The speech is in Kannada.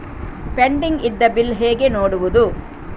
ಪೆಂಡಿಂಗ್ ಇದ್ದ ಬಿಲ್ ಹೇಗೆ ನೋಡುವುದು?